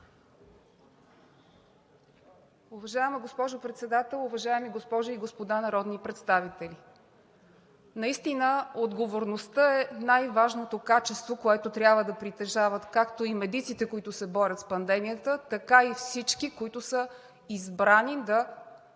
Уважаема госпожо Председател, уважаеми госпожи и господа народни представители! Наистина отговорността е най-важното качество, което трябва да притежават както медиците, които се борят с пандемията, така и всички, които са избрани да представляват